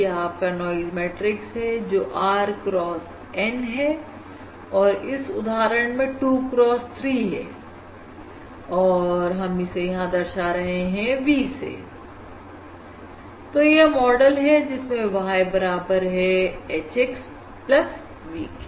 यह आपका noise matrix है जो r cross N है और इस उदाहरण में 2 cross 3 है और हम इसे दर्शा रहे हैं V से मॉडल है जिसमें Y बराबर हैH X प्लस V के